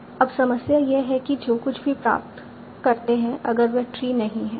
अब समस्या यह है कि जो कुछ भी आप प्राप्त करते हैं अगर वह ट्री नहीं है